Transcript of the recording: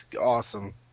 awesome